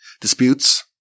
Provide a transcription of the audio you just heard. Disputes